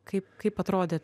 kaip kaip atrodė